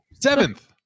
seventh